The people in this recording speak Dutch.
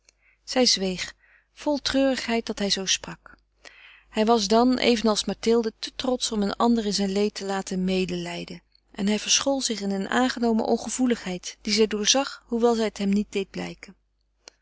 zij zweeg vol treurigheid dat hij zoo sprak hij was dan evenals mathilde te trotsch om een ander in zijn leed te laten mede lijden en hij verschool zich in een aangenomen ongevoeligheid die zij doorzag hoewel zij het hem niet deed blijken